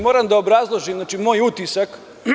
Moram da obrazložim moj utisak.